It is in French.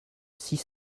six